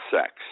sex